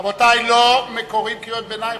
רבותי, לא קוראים קריאות ביניים.